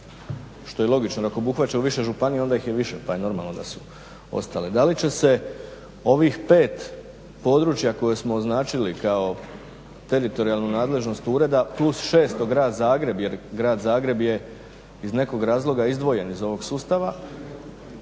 Što je logično, ako obuhvaćaju više županija onda ih je više pa je normalno da su ostale Da li će se ovih 5 područja koje smo označili kao teritorijalnu nadležnost ureda plus 6 Grad Zagreb jer Grad Zagreb je iz nekog razloga izdvojen iz ovog sustava,